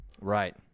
right